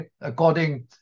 according